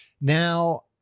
Now